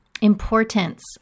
importance